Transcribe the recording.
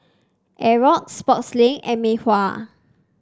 Xorex Sportslink and Mei Hua